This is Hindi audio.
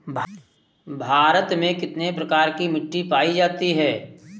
भारत में कितने प्रकार की मिट्टी पाई जाती है?